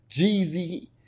Jeezy